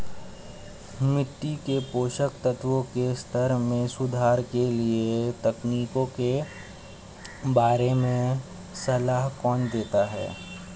मिट्टी के पोषक तत्वों के स्तर में सुधार के लिए तकनीकों के बारे में सलाह कौन देता है?